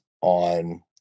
on